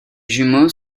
jumeaux